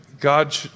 God